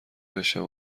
باشم